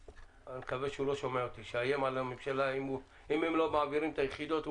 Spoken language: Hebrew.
אני מקוו שהוא לא שומע אותי שאם לא מעבירים את היחידות,